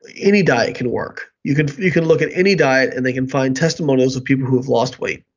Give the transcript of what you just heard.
any diet can work. you can you can look at any diet and they can find testimonials of people who have lost weight,